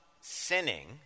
sinning